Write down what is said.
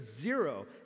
zero